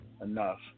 enough